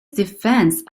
defense